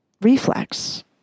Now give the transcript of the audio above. reflex